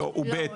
לא.